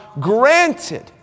granted